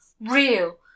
real